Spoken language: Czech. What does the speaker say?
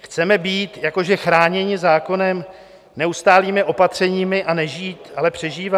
Chceme být jako že chráněni zákonem, neustálými opatřeními a nežít, ale přežívat?